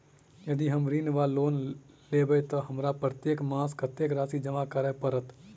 यदि हम ऋण वा लोन लेबै तऽ हमरा प्रत्येक मास कत्तेक राशि जमा करऽ पड़त?